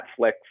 Netflix